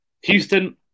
Houston